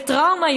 בטראומה,